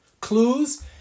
clues